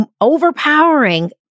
overpowering